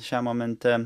šiam momente